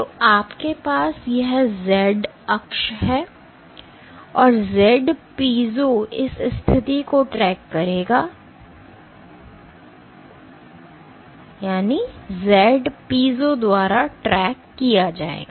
तो आपके पास यह z अक्ष है z piezo इस स्थिति को ट्रैक करेगा z piezo द्वारा ट्रैक किया जाएगा